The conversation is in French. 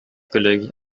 collègues